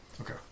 Okay